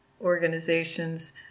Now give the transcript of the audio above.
organizations